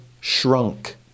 shrunk